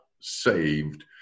saved